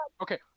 Okay